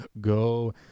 go